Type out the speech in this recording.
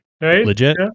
legit